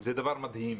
זה דבר מדהים.